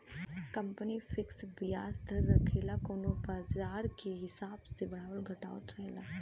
company fix बियाज दर रखेला कउनो बाजार के हिसाब से बढ़ावत घटावत रहेला